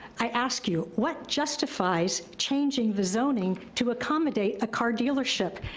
i ask you what justifies changing the zoning to accommodate a car dealership?